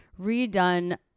redone